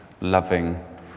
loving